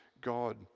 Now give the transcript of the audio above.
God